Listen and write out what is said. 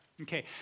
Okay